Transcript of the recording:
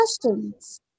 questions